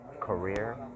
career